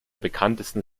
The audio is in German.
bekanntesten